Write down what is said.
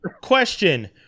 Question